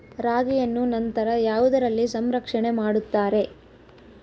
ರಾಗಿಯನ್ನು ನಂತರ ಯಾವುದರಲ್ಲಿ ಸಂರಕ್ಷಣೆ ಮಾಡುತ್ತಾರೆ?